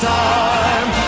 time